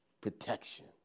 protection